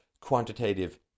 quantitative